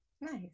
Nice